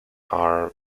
are